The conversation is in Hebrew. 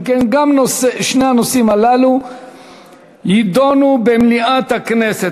אם כן, גם שני הנושאים הללו יידונו במליאת הכנסת.